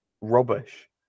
rubbish